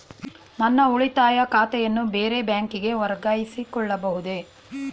ನನ್ನ ಉಳಿತಾಯ ಖಾತೆಯನ್ನು ಬೇರೆ ಬ್ಯಾಂಕಿಗೆ ವರ್ಗಾಯಿಸಿಕೊಳ್ಳಬಹುದೇ?